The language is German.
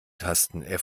tasten